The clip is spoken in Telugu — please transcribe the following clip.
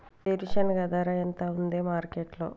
వేరుశెనగ ధర ఎంత ఉంది మార్కెట్ లో?